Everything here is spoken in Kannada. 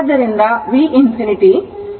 ಆದ್ದರಿಂದ v infinity ವೋಲ್ಟ್ ಆಗುತ್ತದೆ